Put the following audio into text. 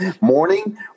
morning